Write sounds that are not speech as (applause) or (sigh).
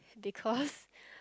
because (laughs)